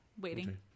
waiting